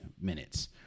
minutes